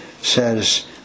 says